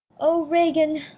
o regan,